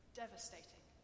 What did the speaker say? devastating